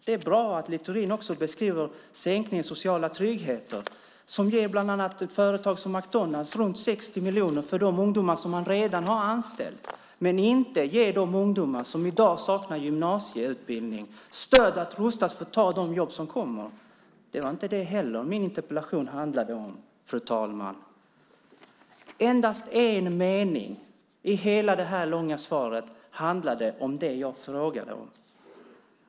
Det är bra att Littorin beskriver minskningen av den sociala tryggheten, vilket bland annat ger företag som McDonalds runt 60 miljoner för ungdomar som de redan har anställt. Däremot ger det inte de ungdomar som i dag saknar gymnasieutbildning sådant stöd så att de kan ta de jobb som kommer. Men inte heller det handlade min interpellation om, fru talman. Endast en mening i det långa svaret handlade om det som jag frågade om.